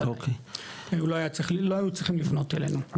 לא היו צריכים לפנות אלינו.